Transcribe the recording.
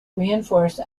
reinforce